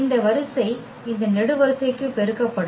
இந்த வரிசை இந்த நெடுவரிசைக்கு பெருக்கப்படும்